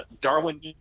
Darwin